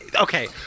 Okay